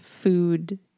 Food